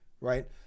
right